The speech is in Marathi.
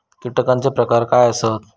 कीटकांचे प्रकार काय आसत?